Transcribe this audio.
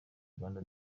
rwanda